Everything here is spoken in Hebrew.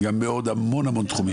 בעוד המון תחומים.